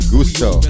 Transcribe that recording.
Gusto